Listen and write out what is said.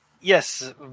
Yes